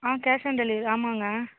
ah cash on delivery ஆமாங்க